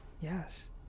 Yes